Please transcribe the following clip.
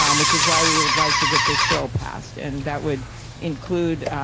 um which is why we would like to get this bill passed and that would include,